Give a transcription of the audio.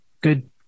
good